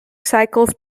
cycles